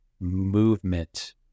movement